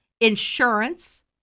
insurance